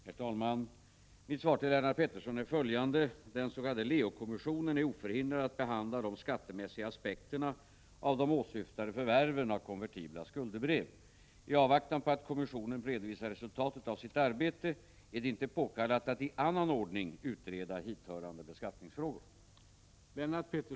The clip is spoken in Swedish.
Herr talman! Mitt svar till Lennart Pettersson är följande. Den s.k. Leo-kommissionen är oförhindrad att behandla de skattemässiga aspekterna av de åsyftade förvärven av konvertibla skuldebrev. I avvaktan på att kommissionen redovisar resultatet av sitt arbete är det inte påkallat att i annan ordning utreda hithörande beskattningsfrågor.